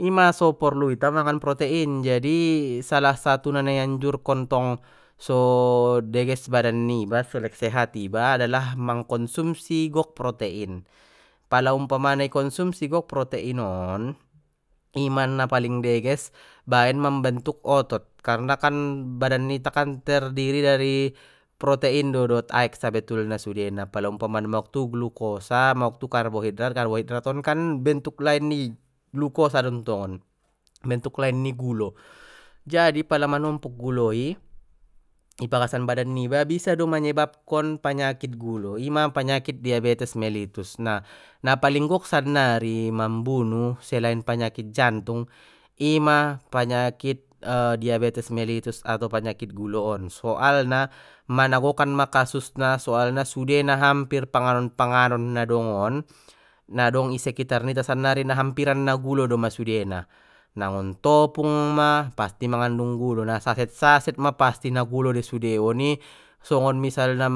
Ima so porlu ita mangan protein jadi salah satu na di anjurkan tong so deges badan niba so lek sehat iba adalah mangkonsumsi gok protein pala umpamana ikonsumsi gok protein on ima na paling deges baen mambentuk otot karna kan badan nita kan terdiri dari protein do dot aek sabetulna sudena pala umpamana ma gok tu glukosa ma gok tu karbohidrat karbohidrat on kan bentuk lain ni glukosa den tong on bentuk lain ni gulo jadi pala manumpuk gulo i bagasan badan niba bisa do manyebabkon panyakit gulo ima panyakit diabetes mellitus na na paling gok sannari mambunu selain penyakit jantung ima panyakit diabetes mellitus atau panyakit gulo on soalna mana gokkan ma kasusna soalna sude na hampir panganon panganon an dong on na dong di sekitar nita sannari na hampiran na gulo doma sude na na ngon topung ma pasti magandung gulo na saset saset ma pasti na gulo de sude oni songon misalna